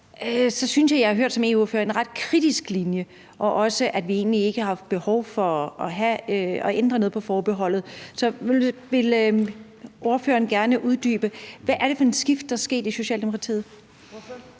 jeg, at jeg som EU-ordfører har hørt en ret kritisk linje, og også at vi egentlig ikke har haft behov for at ændre noget på forbeholdet. Så vil ordføreren gerne uddybe, hvad det er for et skift, der er sket i Socialdemokratiet?